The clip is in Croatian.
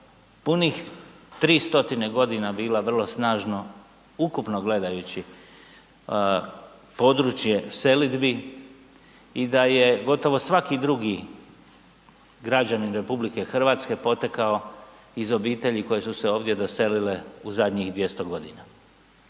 punih 300 godina bila vrlo snažno, ukupno gledajući, područje selidbi i da je gotovo svaki drugi građanin RH potekao iz obitelji koje su se ovdje doselile u zadnjih 200 godina.